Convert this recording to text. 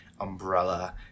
umbrella